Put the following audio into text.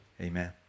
Amen